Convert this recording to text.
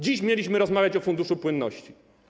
Dziś mieliśmy rozmawiać o funduszu płynności.